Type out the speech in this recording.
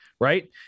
Right